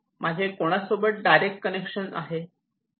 माझे कोणासोबत direct connection आहे